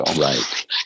Right